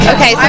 Okay